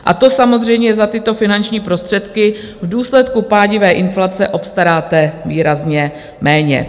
A to samozřejmě za tyto finanční prostředky v důsledku pádivé inflace obstaráte výrazně méně.